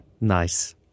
Nice